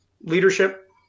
leadership